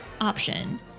option